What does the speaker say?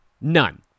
None